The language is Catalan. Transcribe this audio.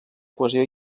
cohesió